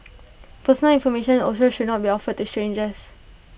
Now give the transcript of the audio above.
personal information also should not be offered to strangers